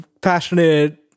passionate